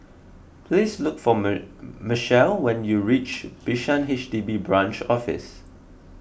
please look for Mechelle when you reach Bishan H D B Branch Office